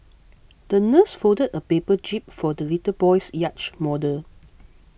the nurse folded a paper jib for the little boy's yacht model